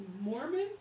Mormon